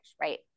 right